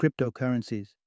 cryptocurrencies